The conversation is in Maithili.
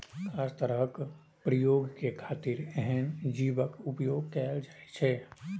खास तरहक प्रयोग के खातिर एहन जीवक उपोयग कैल जाइ छै